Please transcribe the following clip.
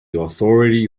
authority